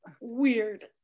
weird